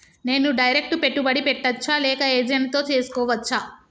నేను డైరెక్ట్ పెట్టుబడి పెట్టచ్చా లేక ఏజెంట్ తో చేస్కోవచ్చా?